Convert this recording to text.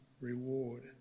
reward